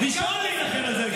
ראשון להילחם על זה היית צריך.